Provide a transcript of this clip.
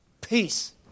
peace